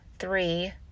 three